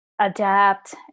adapt